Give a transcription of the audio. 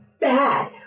bad